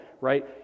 right